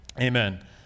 Amen